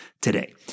today